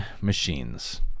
machines